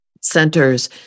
centers